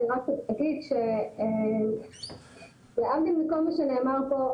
אני רק אגיד להבדיל מכל מה שנאמר פה,